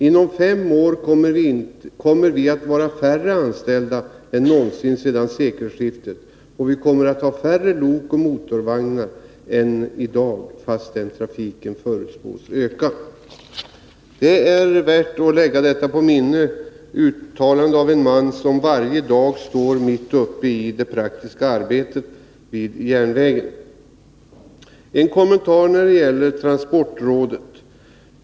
Inom fem år kommer vi att vara färre anställda än någonsin sedan sekelskiftet och vi kommer att ha färre lok och motorvagnar än i dag fastän trafiken förutspås öka.” Det är värt att lägga på minnet detta uttalande av en man som varje dag står mitt uppe i det praktiska arbetet vid järnvägen. Så en kommentar beträffande transportrådet.